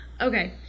Okay